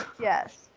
Yes